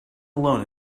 alone